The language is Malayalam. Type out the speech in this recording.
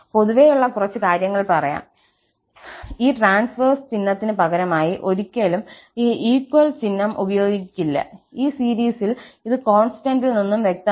പൊതുവേയുള്ള കുറച്ച് കാര്യങ്ങൾ പറയാം ഈ ′′ ചിഹ്നത്തിന് പകരമായി ഒരിക്കലും ഈ ′′ ചിഹ്നം ഉപയോഗിക്കില്ല ഈ സീരീസിൽ അത് കോൺസ്റ്റാന്റിൽ നിന്നും വ്യക്തമാണ്